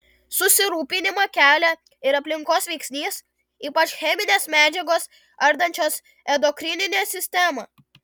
susirūpinimą kelia ir aplinkos veiksnys ypač cheminės medžiagos ardančios endokrininę sistemą